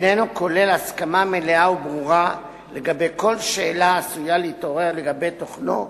אינו כולל הסכמה מלאה וברורה לגבי כל שאלה העשויה להתעורר לגבי תוכנו,